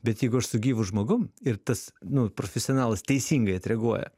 bet jeigu aš su gyvu žmogum ir tas nu profesionalas teisingai atreaguoja